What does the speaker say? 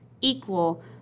equal